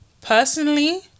personally